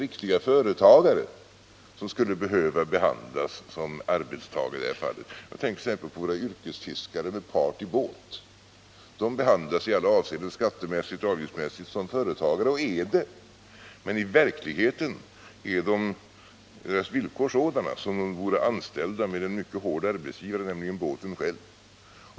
riktiga företagare som skulle behöva behandlas som arbetstagare i det här fallet. Jag tänkert.ex. på våra yrkesfiskare med part i båt. De behandlas i alla avseenden — skatteoch avgiftsmässigt — som företagare, och de är det också. Men i verkligheten är deras villkor sådana som om de vore anställda med en mycket hård arbetsgivare, nämligen båten själv.